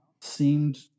seemed